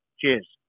Cheers